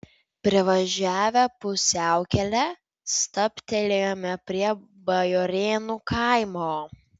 privažiavę pusiaukelę stabtelėjome prie bajorėnų kaimo